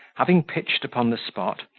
having pitched upon the spot,